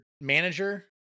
manager